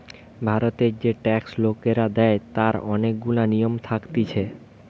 ভারতের যে ট্যাক্স লোকরা দেয় তার অনেক গুলা নিয়ম থাকতিছে